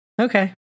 Okay